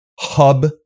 hub